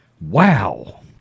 Wow